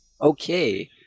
Okay